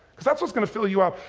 cause that's what's gonna fill you up.